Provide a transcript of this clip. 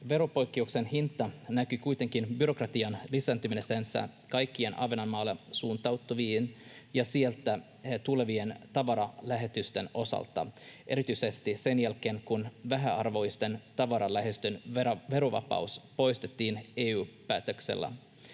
Veropoikkeuksen hinta näkyi kuitenkin byrokratian lisääntymisenä kaikkien Ahvenanmaalle suuntautuvien ja sieltä tulevien tavaralähetysten osalta erityisesti sen jälkeen, kun vähäarvoisten tavaralähetysten verovapaus poistettiin EU-päätöksellä.